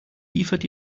liefert